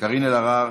קארין אלהרר,